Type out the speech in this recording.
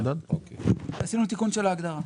עשינו תיקון של ההגדרה.